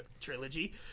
trilogy